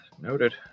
noted